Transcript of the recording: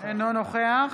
אינו נוכח